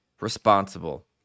responsible